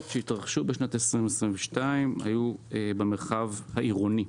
שהתרחשו בשנת 2022 היו במרחב העירוני,